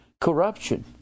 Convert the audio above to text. corruption